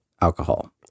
alcohol